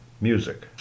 music